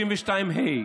למה מחזיקים,